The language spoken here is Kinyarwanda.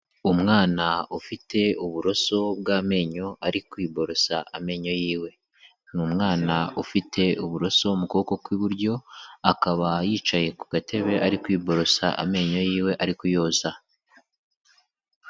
Umwana ufite uburoso bw'amenyo, ari kwiborosa amenyo y'iwe. Ni umwana ufite uburoso mu kuboko kw'iburyo, akaba yicaye ku gatebe, ari kwiborosa amenyo y'iwe, ari kuyoza.